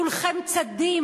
כולכם צדים,